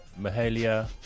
Mahalia